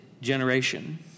generation